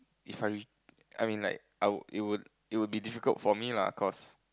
If I re I mean like I would it would it would be difficult for me lah cause